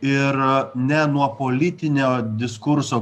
ir ne nuo politinio diskurso